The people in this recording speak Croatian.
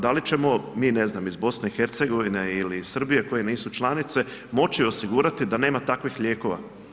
Da li ćemo mi, ne znam, iz BiH ili Srbije koje nisu članice, moći osigurati da nema takvih lijekova?